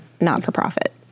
not-for-profit